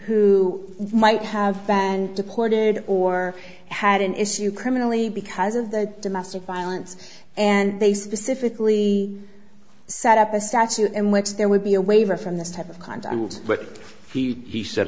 who might have and deported or had an issue criminally because of the domestic violence and they specifically set up a statute in which there would be a waiver from this type of condiment but he he said